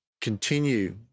continue